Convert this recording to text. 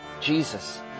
Jesus